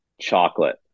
Chocolate